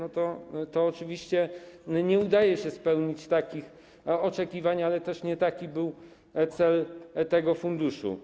Oczywiście nie udaje się spełnić takich oczekiwań, bo też nie taki był cel tego funduszu.